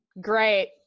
great